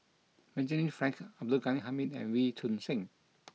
Benjamin Frank Abdul Ghani Hamid and Wee Choon Seng